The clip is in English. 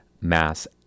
mass